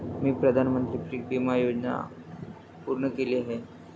मी प्रधानमंत्री पीक विमा योजना पूर्ण केली आहे